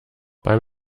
beim